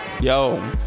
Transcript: Yo